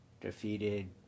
defeated